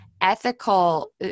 ethical